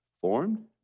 formed